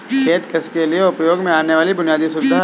खेत कृषि के लिए उपयोग में आने वाली बुनयादी सुविधा है